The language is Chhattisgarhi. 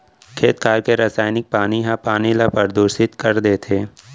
खेत खार के रसइनिक पानी ह पानी ल परदूसित कर देथे